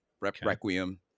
Requiem